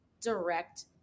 direct